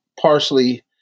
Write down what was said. partially